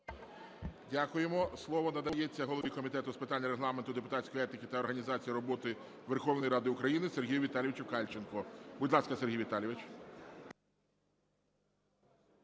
Дякуємо. Слово надається голові Комітету з питань Регламенту, депутатської етики та організації роботи Верховної Ради України Сергію Віталійовичу Кальченку. Будь ласка, Сергій Віталійович.